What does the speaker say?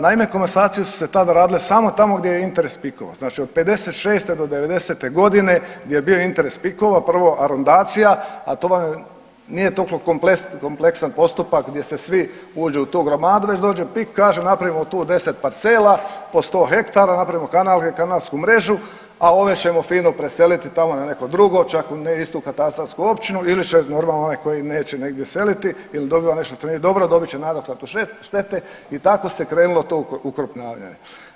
Naime, komasacije su se tada radile samo tamo gdje je interes PIK-ova, znači od '56.-'90.g. je bio interes PIK-ova, prvo arondacija, a to vam je nije to kompleksan postupak gdje se svi uđu u tu gromadu već doće PIK kaže napravimo tu 10 parcela po 100 hektara, napravimo kanal i kanalsku mrežu, a ove ćemo fino preseliti tamo na neko drugo, čak u ne istu katastarsku općinu ili će normalno onaj koji neće negdje seliti ili dobiva nešto što nije dobro dobit će nadoknadu štete i tako se krenulo u to okrupnjavanje.